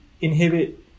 inhibit